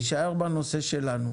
קרעי, תישאר בנושא שלנו.